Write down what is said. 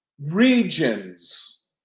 regions